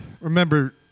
remember